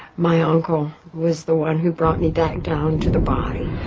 my uncle was the one who brought me back down to the body